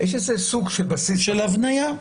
יש סוג של הבניה.